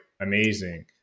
amazing